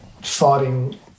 fighting